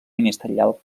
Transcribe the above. ministerial